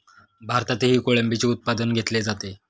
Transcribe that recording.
भारतातही कोळंबीचे उत्पादन घेतले जाते